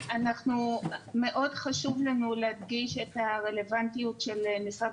מאוד חשוב לנו להדגיש את הרלוונטיות של משרד